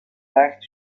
back